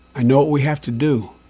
i know what we have to do.